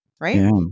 right